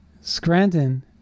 Scranton